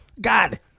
god